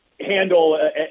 handle